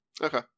Okay